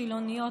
חילוניות,